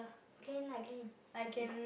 can lah can